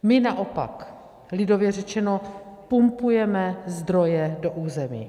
My naopak lidově řečeno pumpujeme zdroje do území.